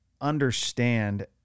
understand